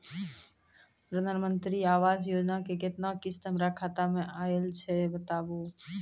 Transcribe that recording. प्रधानमंत्री मंत्री आवास योजना के केतना किस्त हमर खाता मे आयल छै बताबू?